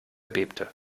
bebte